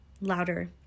louder